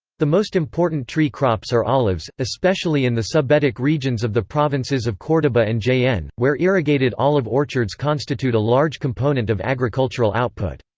the most important tree crops are olives, especially in the subbetic regions of the provinces of cordoba and jaen, where irrigated olive orchards constitute a large component of agricultural output.